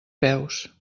peus